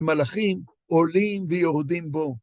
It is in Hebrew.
מלאכים עולים ויורדים בו.